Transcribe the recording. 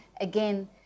again